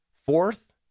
Fourth